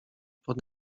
pod